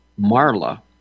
Marla